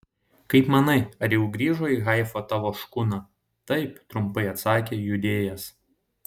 kaip manai ar jau grįžo į haifą tavo škuna taip trumpai atsakė judėjas